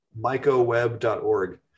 Mycoweb.org